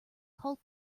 called